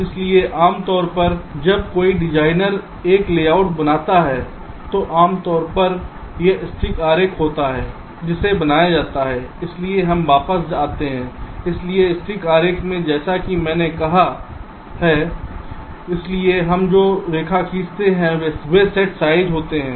इसलिए आमतौर पर जब कोई डिज़ाइनर एक लेआउट बनाता है तो आमतौर पर वह स्टिक आरेख होता है जिसे बनाया जाता है इसलिए हम वापस आते हैं इसलिए स्टिक आरेख में जैसा कि मैंने कहा है इसलिए हम जो रेखा खींचते हैं वे सेट साइज़ होते हैं